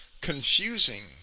confusing